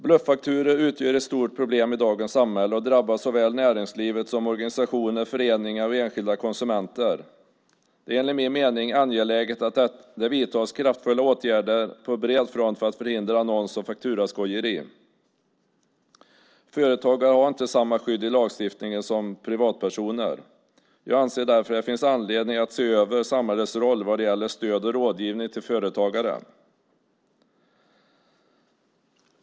Bluffakturor utgör ett stort problem i dagens samhälle och drabbar såväl näringslivet som organisationer, föreningar och enskilda konsumenter. Det är enligt min mening angeläget att det vidtas kraftfulla åtgärder på bred front för att förhindra annons och fakturaskojeri. Företagare har inte samma skydd i lagstiftningen som privatpersoner. Jag anser att det därför finns anledning att se över samhällets roll vad gäller stöd och rådgivning till företagare.